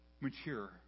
mature